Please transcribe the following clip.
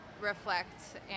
reflect